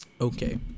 Okay